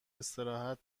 استراحت